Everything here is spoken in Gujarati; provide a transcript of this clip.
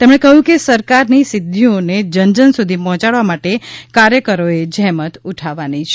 તેમણે કહ્યું કે સરકારની સિધ્ધિઓને જનજન સુધી પહોચડવા માટે કાર્યકરો એ જહેમત ઉઠાવવાની છે